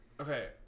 Okay